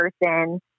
person